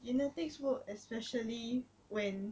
genetics work especially when